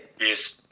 Yes